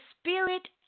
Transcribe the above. spirit